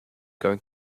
going